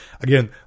again